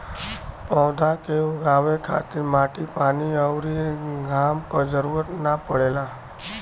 पौधा के उगावे खातिर माटी पानी अउरी घाम क जरुरत ना पड़ेला